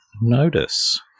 notice